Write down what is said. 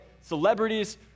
celebrities